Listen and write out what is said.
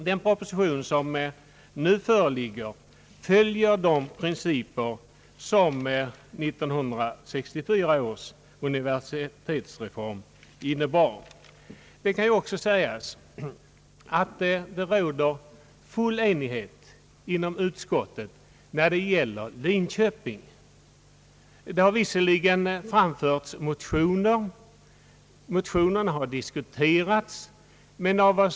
Den proposition som nu föreligger följer de principer som 1964 års universitetsreform innebar. Beträffande den tekniska och medicinska utbildningen och forskningen i Linköping råder det full enighet inom utskottet. Det har visserligen väckts motioner, som har diskuterats i utskottet.